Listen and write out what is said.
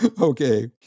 Okay